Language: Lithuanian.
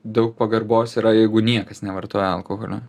daug pagarbos yra jeigu niekas nevartoja alkoholio